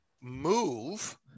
move